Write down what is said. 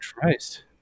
Christ